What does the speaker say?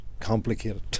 Complicated